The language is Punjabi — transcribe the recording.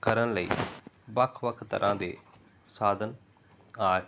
ਕਰਨ ਲਈ ਵੱਖ ਵੱਖ ਤਰ੍ਹਾਂ ਦੇ ਸਾਧਨ ਕਾ